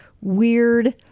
weird